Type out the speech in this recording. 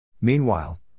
Meanwhile